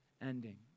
ending